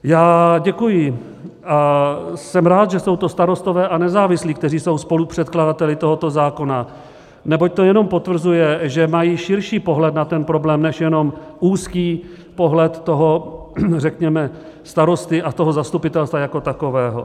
Já děkuji a jsem rád, že jsou to Starostové a nezávislí, kteří jsou spolupředkladateli tohoto zákona, neboť to jenom potvrzuje, že mají širší pohled na problém než jenom úzký pohled řekněme starosty a zastupitelstva jako takového.